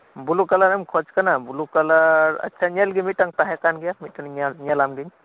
blue ᱠᱟᱞᱟᱨᱮᱢ ᱠᱷᱚᱡ ᱠᱟᱱᱟ ᱵᱞᱩᱠᱟᱞᱟᱨ ᱟᱪᱷᱟᱧ ᱧᱮᱞ ᱞᱮᱜᱮ ᱢᱤᱫᱴᱟᱝ ᱛᱟᱦᱮᱸ ᱠᱟᱱᱜᱮᱭᱟ ᱢᱤᱫᱴᱮᱱᱤᱧ ᱧᱮᱞᱟᱢᱜᱤ